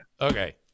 Okay